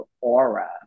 aura